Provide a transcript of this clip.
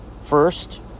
first